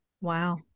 Wow